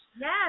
Yes